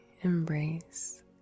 embrace